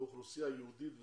ובאוכלוסייה ייעודית וספציפית.